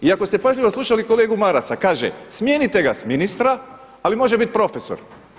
I ako ste pažljivo slušali kolegu Marasa, kaže smijenite ga s ministra, ali može biti profesor.